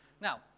Now